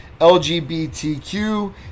LGBTQ